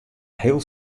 heel